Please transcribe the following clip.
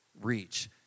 reach